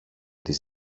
της